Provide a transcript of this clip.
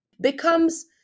becomes